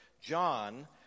John